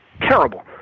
terrible